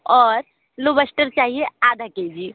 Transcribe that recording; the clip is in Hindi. और लॉबस्टर चाहिए आधा के जी